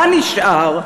מה נשאר?